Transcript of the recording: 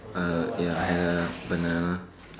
uh ya had a banana